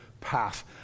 path